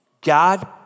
God